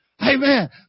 Amen